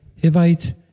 Hivite